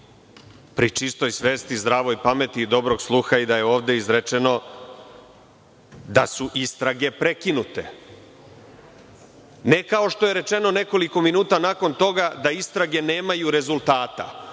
pri čistoj svesti, zdravoj pameti i dobrog sluha i da je ovde izrečeno da su istrage prekinute, ne kao što je rečeno nekoliko minuta nakon toga da istrage nemaju rezultata